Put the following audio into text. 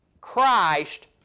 Christ